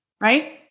right